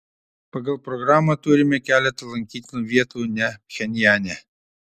pagal programą turime keletą lankytinų vietų ne pchenjane